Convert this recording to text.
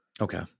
Okay